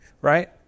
right